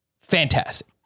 fantastic